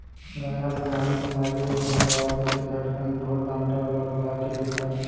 गाय ह बेमारी के मारे उठ नइ पावत हे त झटकन ढोर डॉक्टर ल बला के देखा दे